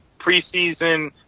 preseason